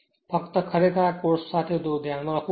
ફક્ત ખરેખર આ કોર્સ સાથે થોડું ધ્યાનમાં રાખવું પડશે